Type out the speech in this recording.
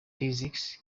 physics